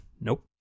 Nope